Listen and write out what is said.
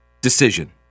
decision